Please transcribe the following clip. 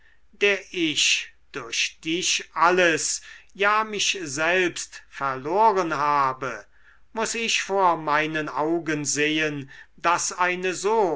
der ich durch dich alles ja mich selbst verloren habe muß ich vor meinen augen sehen daß eine so